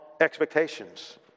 expectations